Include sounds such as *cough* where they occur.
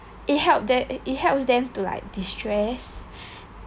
it helped they it helps them to like distress *breath*